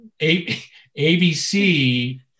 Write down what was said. ABC